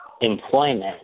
employment